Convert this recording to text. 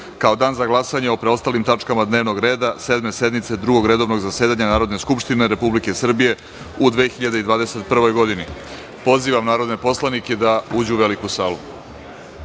kao dan za glasanje o preostalim tačkama dnevnog reda Sedme sednice Drugog redovnog zasedanja Narodne skupštine Republike Srbije u 2021. godini. Pozivam narodne poslanike da uđu u veliku